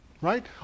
right